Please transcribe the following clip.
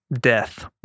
death